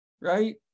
right